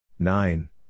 Nine